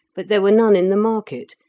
but there were none in the market,